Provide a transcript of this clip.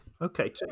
okay